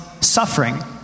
suffering